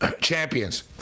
champions